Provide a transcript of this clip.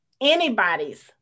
anybody's